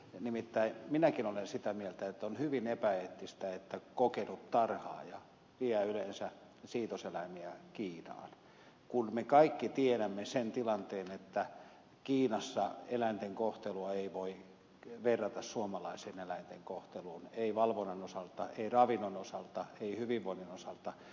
nimittäin minäkin olen sitä mieltä että on hyvin epäeettistä että kokenut tarhaaja vie yleensä siitoseläimiä kiinaan kun me kaikki tiedämme sen tilanteen että kiinassa eläinten kohtelua ei voi verrata suomalaiseen eläinten kohteluun ei valvonnan osalta ei ravinnon osalta ei hyvinvoinnin osalta